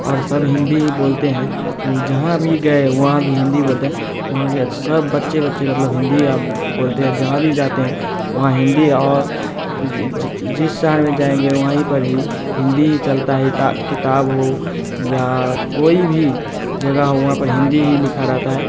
और सब हिंदी ही बोलते हैं तुम जहाँ भी गए वहाँ भी हिंदी बोलते हैं तो वहाँ के सब बच्चे बच्चे मतलब हिंदी अब बोलते हैं जहाँ भी जाते हैं वहाँ हिंदी और जिस शहर में जाएंगे वहीं पर ही हिंदी ही चलता है इता किताब हो या कोई भी जगह हो वहाँ पर हिंदी ही लिखा रहता है